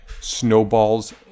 snowballs